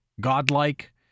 godlike